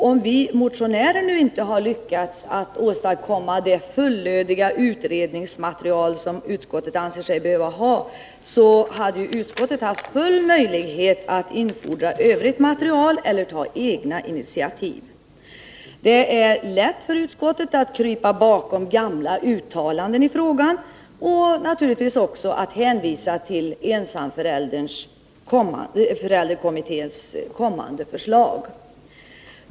Om vi motionärer inte har lyckats åstadkomma det fullödiga utredningsmaterial som utskottet anser sig behöva ha, hade utskottet haft full möjlighet att infordra ytterligare material eller ta egna initiativ. Det är lätt för utskottet att krypa bakom gamla uttalanden i frågan och att hänvisa till ensamförälderkommitténs kommande förslag.